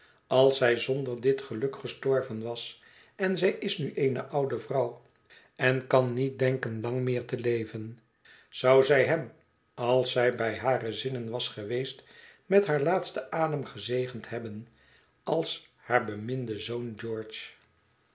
als zij zonder dit geluk gestorven was en zij is nu eene oude vrouw en kan niet denken lang meer te leven zou zij hem als zij bij hare zinnen was geweest met haar laatsten adem gezegend hebben als haar beminden zoon george